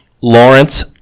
Lawrence